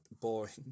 boring